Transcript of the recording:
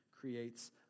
creates